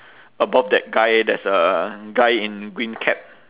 above that guy there's a guy in green cap